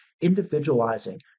individualizing